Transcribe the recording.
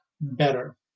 better